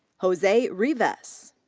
jose rivas.